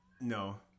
No